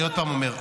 אני עוד פעם אומר,